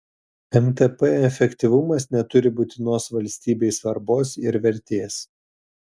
mtp efektyvumas neturi būtinos valstybei svarbos ir vertės